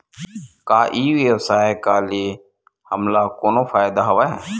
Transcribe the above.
का ई व्यवसाय का ले हमला कोनो फ़ायदा हवय?